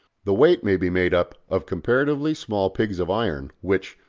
the weight may be made up of comparatively small pigs of iron, which,